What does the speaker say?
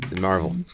Marvel